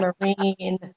Marine